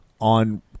on